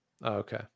Okay